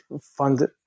fund